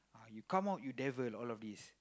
you come out you devil all of this